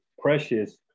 precious